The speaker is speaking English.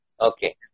Okay